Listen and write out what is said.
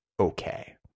Okay